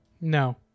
No